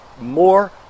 more